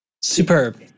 Superb